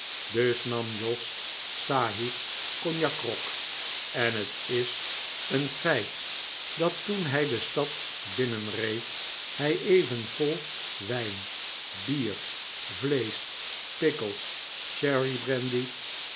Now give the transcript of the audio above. dus nam jos sahib cognacgrog en het is een feit dat toen hij de stad binnenreed hij even vol wijn bier vleesch